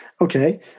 Okay